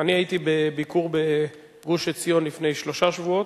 אני הייתי בביקור בגוש-עציון לפני שלושה שבועות,